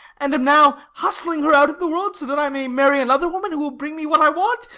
and am now hustling her out of the world so that i may marry another woman, who will bring me what i want?